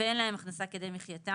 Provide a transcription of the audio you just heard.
ואין להם הכנסה כדי מחיתם,